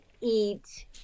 eat